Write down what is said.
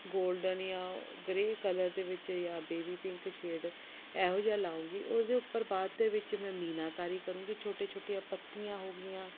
golden ਜਾਂ grey colour ਦੇ ਵਿੱਚ ਜਾਂ ਬੇਬੀ ਪਿੰਕ ਸ਼ੇਡ ਇਹੋ ਜਿਹਾ ਲਗਾਉਂਗੀ ਉਸਦੇ ਉੱਪਰ ਬਾਅਦ ਦੇ ਵਿੱਚ ਮੈਂ ਮੀਨਾਕਾਰੀ ਕਰੂੰਗੀ ਛੋਟੇ ਛੋਟੀਆਂ ਪੱਤੀਆਂ ਹੋ ਗਈਆਂ